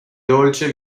dolce